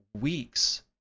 weeks